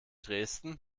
dresden